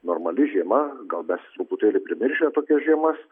normali žiema gal mes truputėlį primiršę tokias žiemas